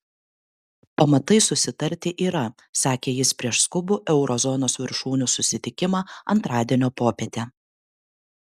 pamatai susitarti yra sakė jis prieš skubų euro zonos viršūnių susitikimą antradienio popietę